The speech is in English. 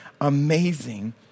amazing